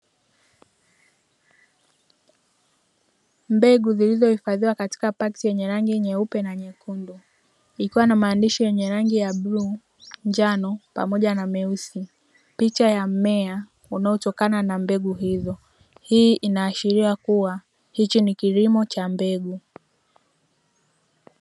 Mbegu zilizohifadhiwa katika pakiti yenye rangi nyeupe na nyekundu, ikiwa na maandishi yenye rangi ya bluu, njano pamoja na meusi, picha ya mmea unaotokana na mbegu hizo. Hii inaashiria kuwa hiki ni kilimo cha mbegu.